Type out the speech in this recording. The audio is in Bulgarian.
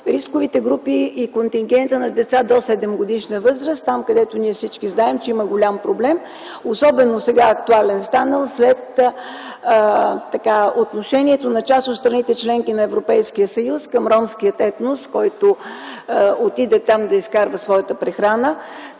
рисковите групи и контингента на деца до 7-годишна възраст, където всички знаем, че има голям проблем, станал особено актуален след отношението на част от страните от Европейския съюз към ромския етнос, който отиде да изкарва там своята прехрана.